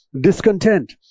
discontent